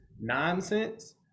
nonsense